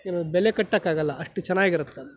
ಏನದು ಬೆಲೆ ಕಟ್ಟಕ್ಕಾಗಲ್ಲ ಅಷ್ಟು ಚೆನ್ನಾಗಿರುತ್ತದು